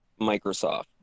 Microsoft